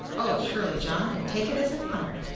oh, surely, john, and take it as an honour!